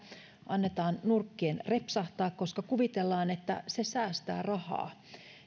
annetaan nurkkien repsahtaa koska kuvitellaan että se säästää rahaa